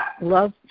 love